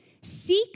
seek